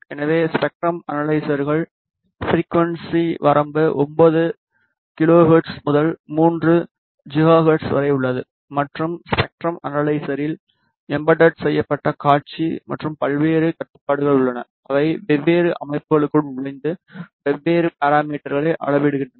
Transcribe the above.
எனவே ஸ்பெக்ட்ரம் அனலைசர்கள் ஃபிரிக்குவன்ஸி வரம்பு 9 கிலோஹெர்ட்ஸ் முதல் 3 ஜிகாஹெர்ட்ஸ் வரை உள்ளது மற்றும் ஸ்பெக்ட்ரம் அனலைசரில் எம்பெட்டேட் செய்யப்பட்ட காட்சி மற்றும் பல்வேறு கட்டுப்பாடுகள் உள்ளன அவை வெவ்வேறு அமைப்புகளுக்குள் நுழைந்து வெவ்வேறு பாராமீட்டர்களை அளவிடுகின்றன